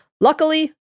Luckily